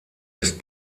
ist